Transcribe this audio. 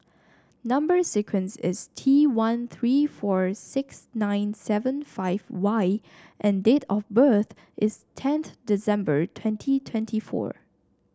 number sequence is T one three four six nine seven five Y and date of birth is tenth December twenty twenty four